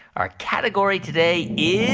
our category today is.